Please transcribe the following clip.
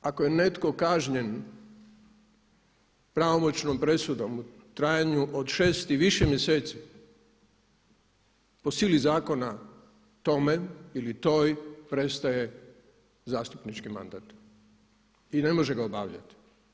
Ako je netko kažnjen pravomoćnom presudom u trajanju od šest i više mjeseci po sili zakona tome ili toj prestaje zastupnički mandat i ne može ga obavljati.